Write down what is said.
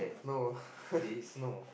no no